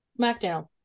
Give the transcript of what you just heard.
SmackDown